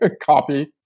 copy